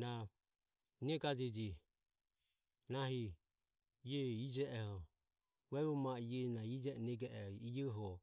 Na negajeji nahi ie ijeoho na vuevo ma e ioho ijeoho